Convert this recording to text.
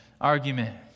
argument